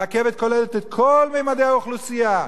הרכבת כוללת את כל ממדי האוכלוסייה,